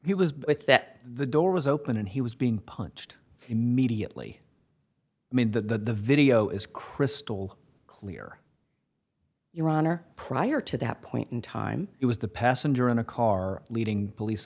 with that the door was open and he was being punched immediately made the video is crystal clear your honor prior to that point in time it was the passenger in a car leading police